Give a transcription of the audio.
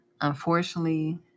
Unfortunately